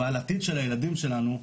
ועל העתיד של הילדים שלנו,